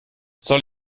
soll